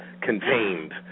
contained